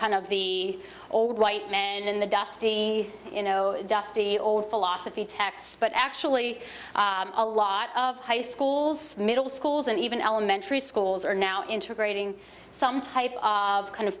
kind of the old white men in the dusty you know dusty old philosophy text but actually a lot of high schools middle schools and even elementary schools are now integrating some type of kind of